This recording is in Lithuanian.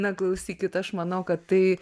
na klausykit aš manau kad tai